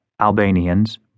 Albanians